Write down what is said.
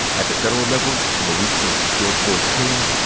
at the federal level, in the weeks since george floyd's killing,